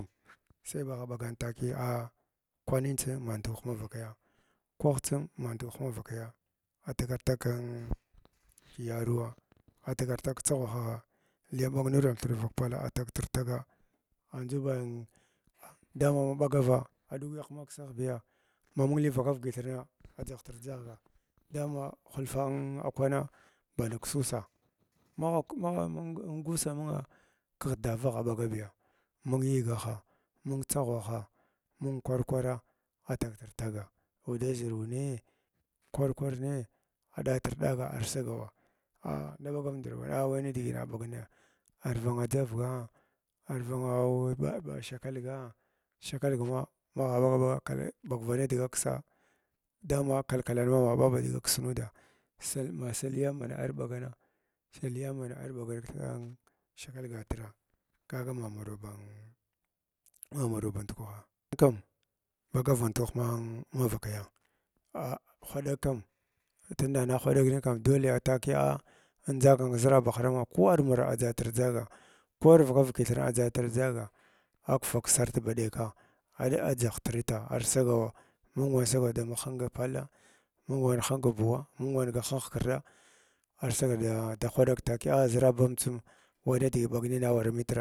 Sai bagh ɓagan takiya a kwanin tsim ma ndukwaha manvakya kwah tsim ma ndakwah mavakaya artaga tug kin ka yabum atagar tag ktsaghwagha liam ɓag ning kithra vak pala atagtr taga andʒu ba daman da ma ɓa ɓagava aɗugyagh maksagh biya mamung li vaka vakithirna adʒahtir dʒahga dama hulfu akwana band ksusa magh magh mug msausamingha kigh davagh aɓagabiya mung yiigaha mung tsaghawaha mung kwar kwara atagtir taga uuda ʒhuru nii kwar kwarni aɗatr ɗaga ar sagawa ah daɓagar ndar wani a wai nidigina naɓag naya ar vanga dʒavga arvanga wu a ɓa ɓa shagkalga, shakalg ma maɓagha ɓag ma ɓagva nidaga ksa dama kalkalmiyama ɓa ba dga ks nuda sal na sal yaney arɓagana sal ya henye arɓagana kithra kshakalgatra kaga ma maraw ban ma maraw band kwaha ƙam ɓagar band kwah mang man vakaya a hwaɗag kam tunda na hwadag nin kam dole takiya andʒagan kʒarabahar ma ko armura adʒatir dʒaga ko arvaka vakithirng adʒatr dʒaga aghfa ksarfa ba ɗeks ad adʒahtrta arsagrawa mung wana sagat damahinga palla mung wana hing buwu nghah hing hkrɗa arsagat sya da hwaɗag takiya zraband tsim wai nidigi ɓag nina awara nitr.